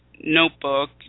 notebook